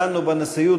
דנו בנשיאות,